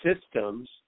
systems